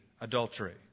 adultery